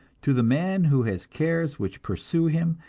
to the man who has cares which pursue him,